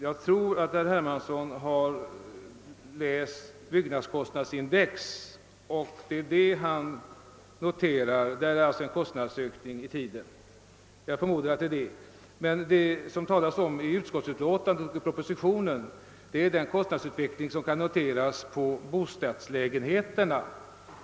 Jag tror att herr Hermansson har studerat byggnadskostnadsindex och att det är på grund av detta han noterar en kostnadsökning i tiden. I utskottsutlåtandet och propositionen omnämns den kostnadsutveckling som kan noteras för bostadslägenheterna.